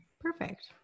Perfect